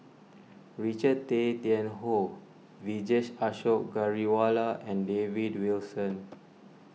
Richard Tay Tian Hoe Vijesh Ashok Ghariwala and David Wilson